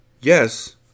Yes